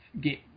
get